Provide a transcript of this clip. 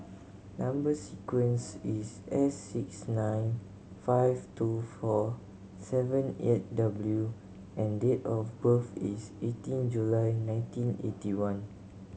number sequence is S six nine five two four seven eight W and date of birth is eighteen July nineteen eighty one